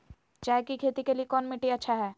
चाय की खेती के लिए कौन मिट्टी अच्छा हाय?